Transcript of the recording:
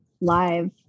live